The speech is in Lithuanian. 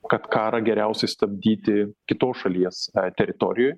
kad karą geriausiai stabdyti kitos šalies teritorijoj